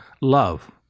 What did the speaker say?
love